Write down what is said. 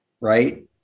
right